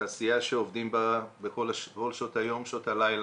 זו תעשייה שעובדים בה בכל שעות היום, שעות הלילה.